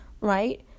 right